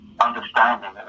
understanding